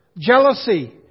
jealousy